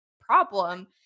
problem